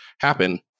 happen